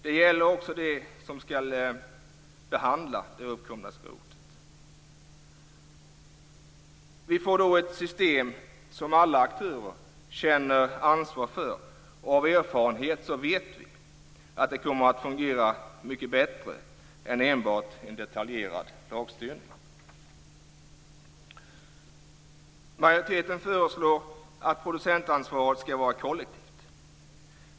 Det gäller också dem som skall behandla det uppkomna skrotet. Vi får då ett system som alla aktörer känner ansvar för, och av erfarenhet vet vi att det kommer att fungera mycket bättre än enbart en detaljerad lagstyrning. Majoriteten föreslår att producentansvaret skall vara kollektivt.